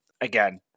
again